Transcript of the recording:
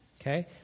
Okay